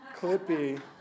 Clippy